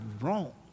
wrong